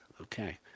Okay